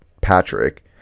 Patrick